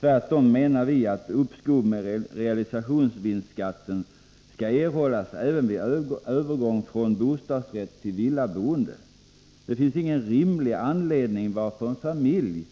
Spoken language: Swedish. Tvärtom menar vi att uppskov med realisationsvinstskatten skall erhållas även vid övergång från bostadsrätt till villaboende. Det finns ingen rimlig anledning att en familj